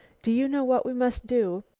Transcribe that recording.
do you know what we must do?